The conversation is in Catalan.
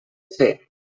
fer